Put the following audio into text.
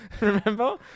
Remember